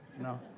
No